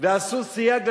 "ועשו סייג לתורה",